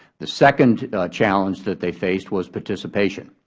the second challenge that they faced was participation.